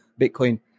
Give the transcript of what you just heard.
Bitcoin